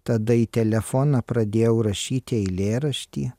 tada į telefoną pradėjau rašyti eilėraštį